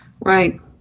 Right